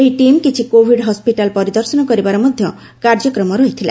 ଏହି ଟିମ୍ କିଛି Covid hospital ପରିଦର୍ଶନ କରିବାର ମଧ୍ୟ କାର୍ଯ୍ୟକ୍ରମ ରହିଛି